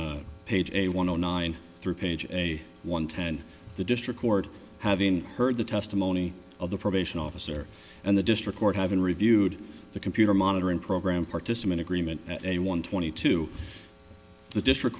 page a one zero nine three page a one ten the district court having heard the testimony of the probation officer and the district court having reviewed the computer monitoring program participant agreement at a one twenty two the district